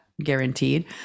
guaranteed